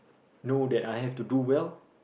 know that I have to do well